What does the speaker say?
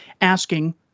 asking